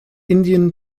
indian